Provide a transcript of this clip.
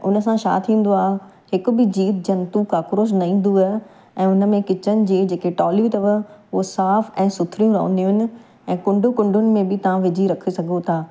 ऐं हुन सां छा थींदो आहे हिक बि जीव जंतू काकरोच न ईंदो आहे ऐं हुन में किचन जे जेके टोलियूं अथव उहो साफ़ ऐं सुथरियूं रहंदियुनि ऐं कुंडु कुंडुनि में बि तव्हां विझी रखे सघो था